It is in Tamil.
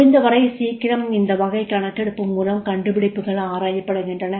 முடிந்தவரை சீக்கிரம் இந்த வகை கணக்கெடுப்பு மூலம் கண்டுபிடிப்புகள் ஆராயப்படுகின்றன